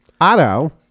auto